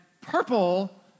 purple